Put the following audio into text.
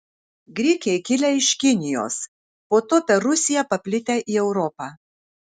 grikiai kilę iš kinijos po to per rusiją paplitę į europą